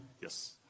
Yes